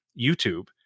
YouTube